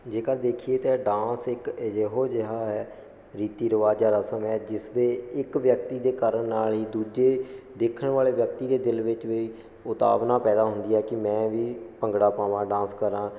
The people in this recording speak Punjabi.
ਜੇਕਰ ਦੇਖੀਏ ਤਾਂ ਡਾਂਸ ਇੱਕ ਇਹੋ ਜਿਹਾ ਹੈ ਰੀਤੀ ਰਿਵਾਜਾਂ ਰਸਮ ਹੈ ਜਿਸਦੇ ਇੱਕ ਵਿਅਕਤੀ ਦੇ ਕਰਨ ਨਾਲ ਹੀ ਦੂਜੇ ਦੇਖਣ ਵਾਲੇ ਵਿਅਕਤੀ ਦੇ ਦਿਲ ਵਿੱਚ ਵੀ ਉਤਾਵਨਾ ਪੈਦਾ ਹੁੰਦੀ ਹੈ ਕਿ ਮੈਂ ਵੀ ਭੰਗੜਾ ਪਾਵਾਂ ਡਾਂਸ ਕਰਾਂ